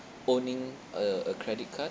owning a a credit card